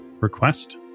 request